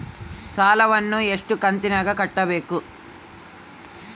ಸಾಲವನ್ನ ಎಷ್ಟು ಕಂತಿನಾಗ ಕಟ್ಟಬೇಕು?